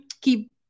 Keep